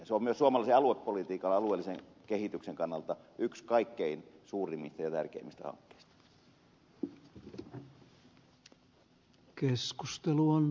se on myös suomalaisen aluepolitiikan alueellisen kehityksen kannalta yksi kaikkein suurimmista ja tärkeimmistä hankkeista